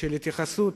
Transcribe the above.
ההתייחסות